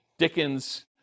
Dickens